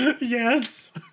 yes